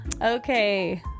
Okay